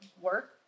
work